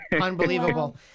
Unbelievable